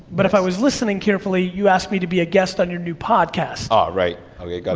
but if i was listening carefully, you asked me to be a guest on your new podcast. ah right, okay, got